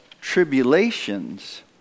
tribulations